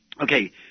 Okay